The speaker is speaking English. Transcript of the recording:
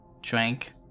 drank